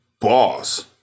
boss